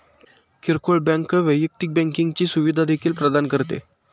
किरकोळ बँक वैयक्तिक बँकिंगची सुविधा देखील प्रदान करते